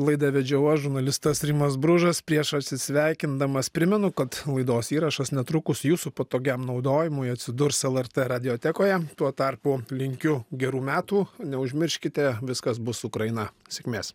laidą vedžiau aš žurnalistas rimas bružas prieš atsisveikindamas primenu kad laidos įrašas netrukus jūsų patogiam naudojimui atsidurs lrt radiotekoje tuo tarpu linkiu gerų metų neužmirškite viskas bus ukraina sėkmės